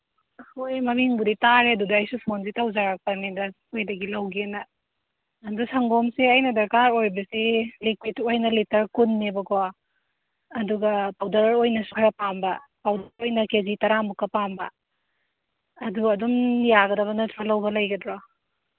ꯍꯣꯏ ꯃꯃꯤꯡꯕꯨꯗꯤ ꯇꯥꯔꯦ ꯑꯗꯨꯗ ꯑꯩꯁꯨ ꯐꯣꯟꯁꯦ ꯇꯧꯖꯔꯛꯄꯅꯦ ꯑꯗ ꯅꯣꯏꯗꯒꯤ ꯂꯧꯒꯦꯅ ꯑꯗꯨ ꯁꯪꯒꯣꯝꯁꯦ ꯑꯩꯅ ꯗꯔꯀꯥꯔ ꯑꯣꯏꯕꯁꯤ ꯂꯤꯀ꯭ꯋꯤꯠ ꯑꯣꯏꯅ ꯂꯤꯇꯔ ꯀꯨꯟꯅꯦꯕꯀꯣ ꯑꯗꯨꯒ ꯄꯥꯎꯗꯔ ꯑꯣꯏꯅꯁꯨ ꯈꯔ ꯄꯥꯝꯕ ꯄꯥꯎꯗꯔ ꯑꯣꯏꯅ ꯀꯦ ꯖꯤ ꯇꯔꯥꯃꯨꯛꯀ ꯄꯥꯝꯕ ꯑꯗꯨ ꯑꯗꯨꯝ ꯌꯥꯒꯗꯕ ꯅꯠꯇ꯭ꯔꯣ ꯂꯧꯕ ꯂꯩꯒꯗ꯭ꯔꯣ